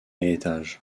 étages